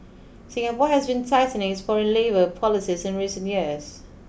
Singapore has been tightening its foreign labour policies in recent years